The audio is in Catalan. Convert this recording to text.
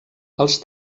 els